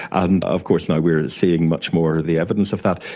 and of course now we're seeing much more of the evidence of that.